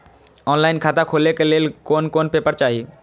Online खाता खोले के लेल कोन कोन पेपर चाही?